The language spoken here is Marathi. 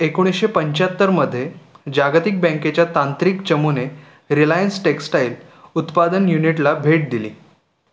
एकोणीसशे पंच्याहत्तरमध्ये जागतिक बँकेच्या तांत्रिक चमूने रिलायन्स टेक्स्टाईल उत्पादन युनिटला भेट दिली